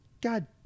God